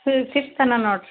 ಫಿ ಫಿಫ್ತನೋ ನೋಡಿರಿ